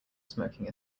smoking